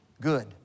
Good